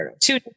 Two